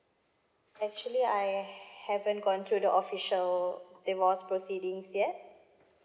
actually I haven't gone to the official divorce proceedings yet